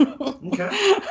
Okay